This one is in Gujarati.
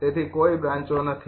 તેથી કોઈ બ્રાંચો નથી